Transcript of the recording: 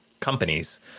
companies